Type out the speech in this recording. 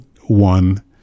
one